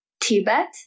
Tibet